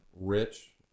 rich